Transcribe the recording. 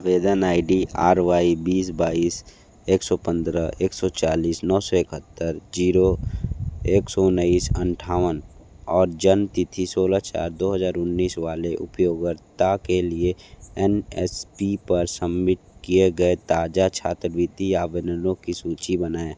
वेदन I D R Y बीस बाइस एक सौ पंद्रह एक सौ चालीस नौ सौ इकहत्तर जीरो एक सौ उन्नीस अट्ठावन और जन्म तिथि सोलह चार दो हजार उन्नीस वाले उपयोगकर्ता के लिए एन एस पी पर सम्मिट किए गए ताजा छात्रवृत्ति आवेदनों की सूची बनाएँ